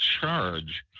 charge